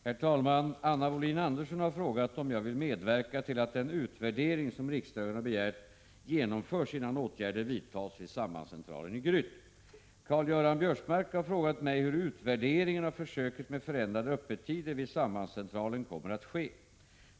Herr talman! Anna Wohlin-Andersson har frågat om jag vill medverka till att den utvärdering som riksdagen har begärt genomförs innan åtgärder vidtas vid sambandscentralen i Gryt. Karl-Göran Biörsmark har frågat mig hur utvärderingen av försöket med förändrade öppettider vid sambandscentralen kommer att ske.